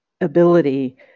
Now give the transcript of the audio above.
ability